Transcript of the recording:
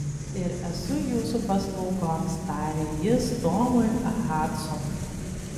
ir esu jūsų paslaugoms tarė jis tomui hadsonui